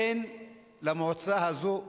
אין למועצה הזאת ראש.